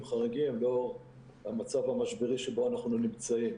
חריגים לאור המצב המשברי שבו אנחנו נמצאים,